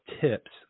tips